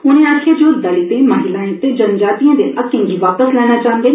उनें आक्खेआ जे ओ दलितें महिलाएं ते जनजातिएं दे हक्कें गी वा स लैना चाहन्दे न